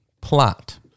plot